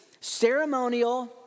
ceremonial